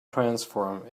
transform